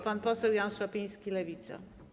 Pan poseł Jan Szopiński, Lewica.